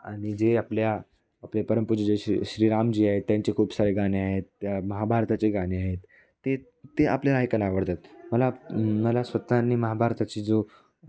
आणि जे आपल्या आपले परंपूर जे श श्रीरामजी आहेत त्यांचे खूप सारे गाणे आहेत त्या महाभारताचे गाणे आहेत ते ते आपल्याला ऐकायला आवडतात मला मला स्वतः आणि महाभारताची जो